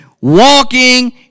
walking